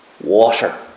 water